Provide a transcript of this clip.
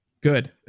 good